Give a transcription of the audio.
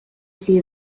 see